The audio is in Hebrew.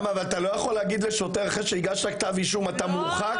אבל אתה לא יכול להגיד לשוטר אחרי שהגשת כתב אישום שהוא מורחק,